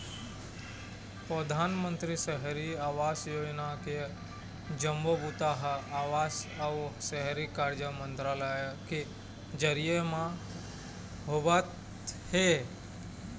परधानमंतरी सहरी आवास योजना के जम्मो बूता ह आवास अउ शहरी कार्य मंतरालय के जरिए म होवत हे